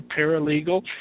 paralegal